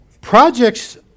projects